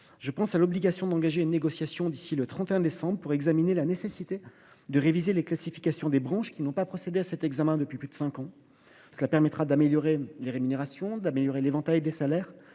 je pense à l’obligation d’engager une négociation d’ici au 31 décembre pour examiner la nécessité de réviser les classifications des branches qui n’ont pas procédé à cet examen depuis plus de cinq ans. Cela permettra d’améliorer les rémunérations ainsi que l’éventail des salaires,